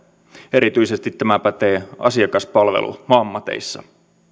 erityisesti tämä pätee asiakaspalveluammateissa